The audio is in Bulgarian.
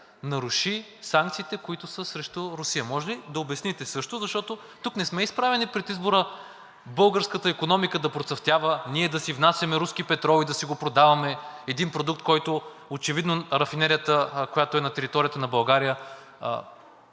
наруши санкциите, които са срещу Русия? Може ли да обясните също, защото тук не сме изправени пред избора българската икономика да процъфтява, ние да си внасяме руски петрол и да си го продаваме, един продукт, който очевидно рафинерията, която е на територията на България